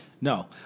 No